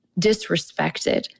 disrespected